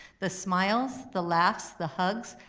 the smiles, the laughs, the hugs,